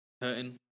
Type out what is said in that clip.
Hurting